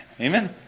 Amen